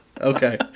okay